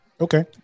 Okay